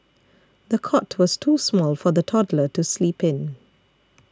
the cot was too small for the toddler to sleep in